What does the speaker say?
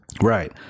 Right